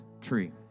tree